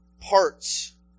parts